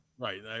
Right